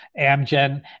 Amgen